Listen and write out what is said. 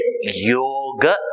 Yoga